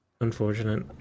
Unfortunate